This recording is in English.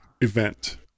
event